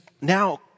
now